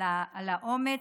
על האומץ,